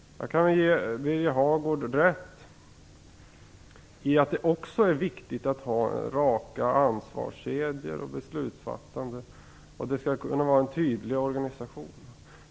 Jag kan ge Birger Hagård rätt i att det också är viktigt att ha raka ansvarskedjor och ett rakt beslutsfattande. Det skall kunna vara en tydlig organisation.